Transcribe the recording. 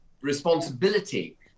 responsibility